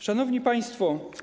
Szanowni Państwo!